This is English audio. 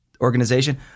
organization